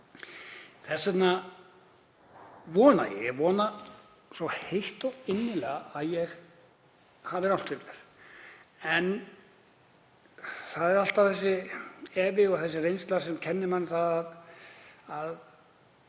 Þess vegna vona ég svo heitt og innilega að ég hafi rangt fyrir mér. En það er alltaf þessi efi og þessi reynsla sem kennir manni að það